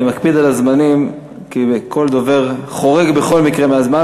אני מקפיד על הזמנים כי כל דובר חורג בכל מקרה מהזמן,